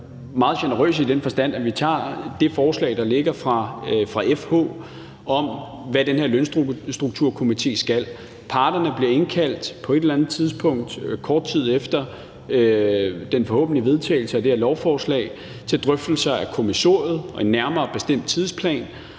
meget generøse i den forstand, at vi har taget det forslag, der ligger fra FH, om, hvad den her lønstrukturkomité skal – at parterne bliver indkaldt på et eller andet tidspunkt, kort tid efter man forhåbentligt vedtager det her lovforslag, til drøftelser af kommissoriet og en nærmere bestemt tidsplan,